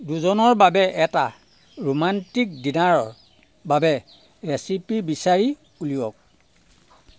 দুজনৰ বাবে এটা ৰোমাণ্টিক ডিনাৰৰ বাবে ৰেচিপি বিচাৰি উলিওৱাক